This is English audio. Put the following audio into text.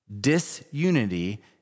Disunity